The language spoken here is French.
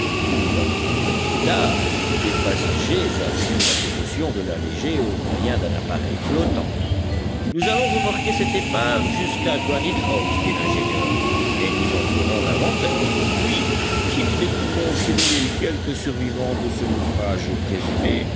où ils la retrouveraient plus tard des passagers avaient pris la précaution de l'alléger au moyen d'un appareil flottant nous allons remorquer cette épave jusqu'à granite house dit l'ingénieur et nous en ferons l'inventaire puis si nous découvrons sur l'île quelques survivants de ce naufrage présumé